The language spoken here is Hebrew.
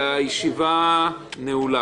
הישיבה ננעלה